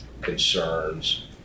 concerns